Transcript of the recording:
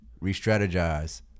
re-strategize